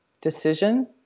decision